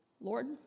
Lord